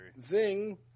Zing